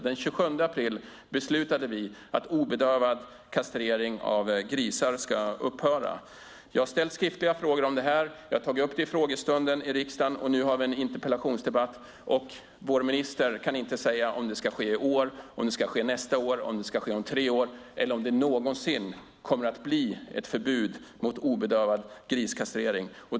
Den 27 april beslutade vi att obedövad kastrering av grisar ska upphöra. Jag har ställt skriftliga frågor och tagit upp frågan vid riksdagens frågestund och nu även i en interpellationsdebatt, och vår minister kan inte säga om det blir ett förbud i år, nästa år, om tre år eller om det någonsin kommer att bli ett förbud mot obedövad griskastrering.